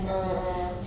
mm mm